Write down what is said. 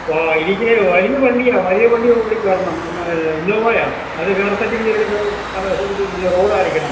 എനിക്ക് വലിയ വണ്ടിയാണ് വലിയ വണ്ടി ഓടി കയറണം ഇന്നോവായാ അത് കയറത്തക്ക രീതീലുള്ള സ്ഥലം സൗകര്യം വലിയ റോഡായിരിക്കണം